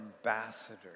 ambassador